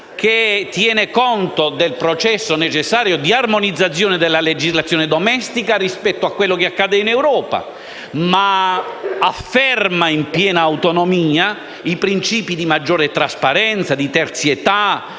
che tiene conto del processo necessario di armonizzazione della legislazione domestica rispetto a quanto accade in Europa, ma afferma in piena autonomia i princìpi di maggiore trasparenza, di terzietà,